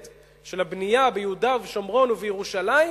של הבנייה ביהודה ובשומרון ובירושלים,